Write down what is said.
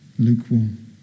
Lukewarm